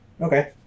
Okay